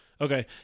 Okay